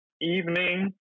evening